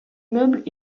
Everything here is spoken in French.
meubles